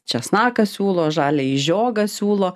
česnaką siūlo žaliąjį žiogą siūlo